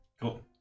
Cool